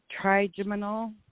Trigeminal